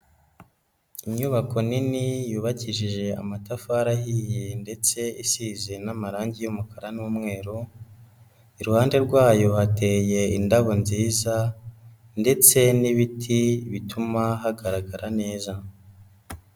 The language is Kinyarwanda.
Inyubako nini yubakishije amatafari ahiye ndetse isize n'amarangi y'umukara n'umweru, iruhande rwayo hateye indabo nziza ndetse n'ibiti bituma hagaragarara neza.